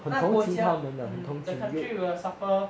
那国家 mm the country will suffer